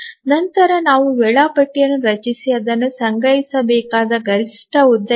ನಂತರ ನಾವು ವೇಳಾಪಟ್ಟಿಯನ್ನು ರಚಿಸಿ ಅದನ್ನು ಸಂಗ್ರಹಿಸಬೇಕಾದ ಗರಿಷ್ಠ ಉದ್ದ ಎಷ್ಟು